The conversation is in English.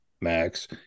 Max